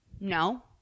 no